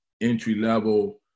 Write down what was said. entry-level